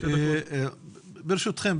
ברשותכם,